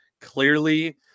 clearly